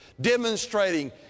demonstrating